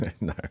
No